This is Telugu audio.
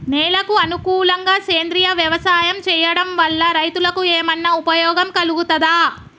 నేలకు అనుకూలంగా సేంద్రీయ వ్యవసాయం చేయడం వల్ల రైతులకు ఏమన్నా ఉపయోగం కలుగుతదా?